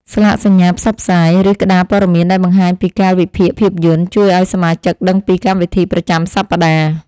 ស្លាកសញ្ញាផ្សព្វផ្សាយ ឬក្ដារព័ត៌មានដែលបង្ហាញពីកាលវិភាគភាពយន្ត ជួយឱ្យសមាជិកដឹងពីកម្មវិធីប្រចាំសប្តាហ៍។